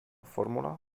fórmula